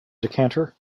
decanter